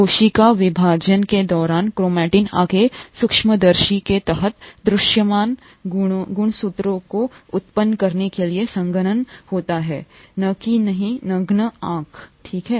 कोशिका विभाजन के दौरान क्रोमेटिन आगे सूक्ष्मदर्शी के तहत दृश्यमान गुणसूत्रों को उत्पन्न करने के लिए संघनन होता है न कि नहीं नग्न आंख ठीक है